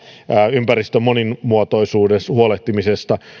ympäristön monimuotoisuudesta huolehtimisessa